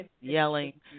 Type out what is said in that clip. yelling